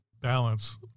balance